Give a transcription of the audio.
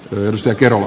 lisää kerma